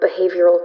behavioral